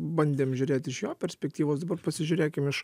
bandėm žiūrėt iš jo perspektyvos dabar pasižiūrėkim iš